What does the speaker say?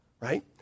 right